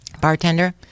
bartender